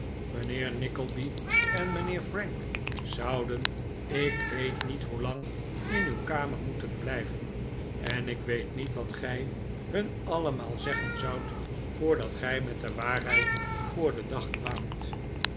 mijnheer nickleby en mijnheer frank zouden ik weet niet hoelang in iiw kanier moeten blijven en ik weet niet wat gij hun allemaal zeggen zoudt voordat gij met de waarheid voor den dag kwaamt